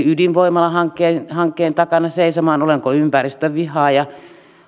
ydinvoimalahankkeen takana seisomaan niin olenko ympäristönvihaaja